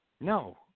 No